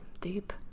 deep